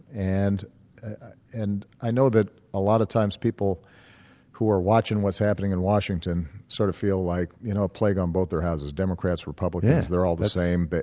and and i know that a lot of times people who are watching what's happening in washington sort of feel like, you know, a plague on both their houses. democrats, republicans, they're all the same. but